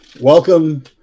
Welcome